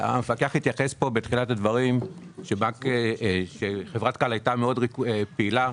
המפקח התייחס בתחילת הדברים לכך שחברת כאל הייתה מאוד פעילה,